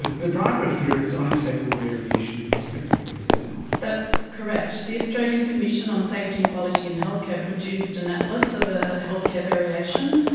the driver here is unacceptable variation in hysterectomy rates, is it not? that's correct, the australian commission on safety and quality in healthcare produced an atlas of a healthcare variation,